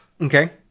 okay